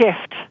shift